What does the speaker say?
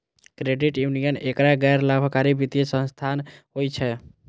credit union एकटा गैर लाभकारी वित्तीय संस्थान होइ छै